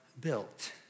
built